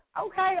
Okay